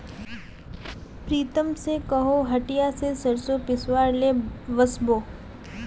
प्रीतम स कोहो हटिया स सरसों पिसवइ ले वस बो